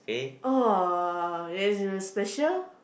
orh there's a special